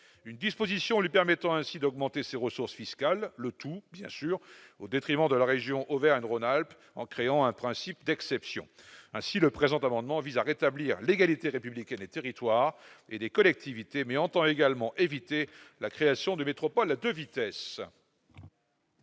une disposition, lui permettant ainsi d'augmenter ses ressources fiscales, le tout bien sûr au détriment de la région Auvergne-Rhône-Alpes en créant un principe d'exception ainsi le présent amendement vise à rétablir l'égalité républicaine, les territoires et les collectivités, mais entend également éviter la création de métropoles à 2 vitesses.